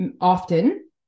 often